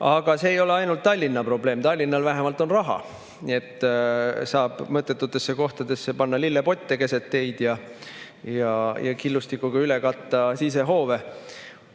Aga see ei ole ainult Tallinna probleem. Tallinnal vähemalt on raha, nii et saab mõttetutesse kohtadesse panna lillepotte keset teid ja killustikuga katta sisehoove.